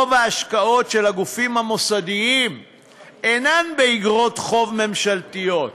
רוב ההשקעות של הגופים המוסדיים אינן באיגרות חוב ממשלתיות,